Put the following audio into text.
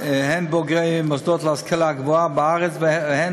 הן בוגרי מוסדות להשכלה גבוהה בארץ והן